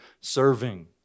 serving